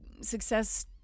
success